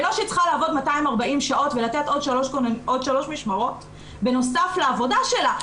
ולא שהיא צריכה לעבוד 240 שעות ולתת עוד שלוש משמרות בנוסף לעבודה שלה.